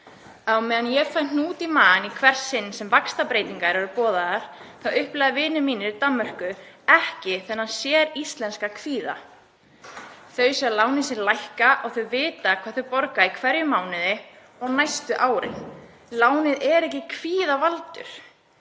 Á meðan ég fæ hnút í magann í hvert sinn sem vaxtabreytingar eru boðaðar þá upplifa vinir mínir í Danmörku ekki þennan séríslenska kvíða. Þau sjá lánin sín lækka og þau vita hvað þau borga í hverjum mánuði og næstu árin. Lánið er ekki kvíðavaldur.